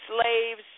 slaves